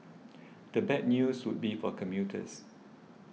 the bad news would be for commuters